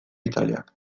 italiak